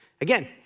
Again